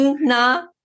na